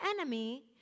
enemy